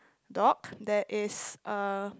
dog that is uh